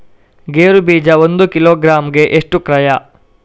ಗೇರು ಬೀಜ ಒಂದು ಕಿಲೋಗ್ರಾಂ ಗೆ ಎಷ್ಟು ಕ್ರಯ?